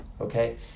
okay